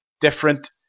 different